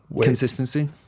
Consistency